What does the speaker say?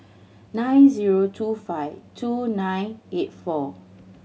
nine zero two five two nine eight four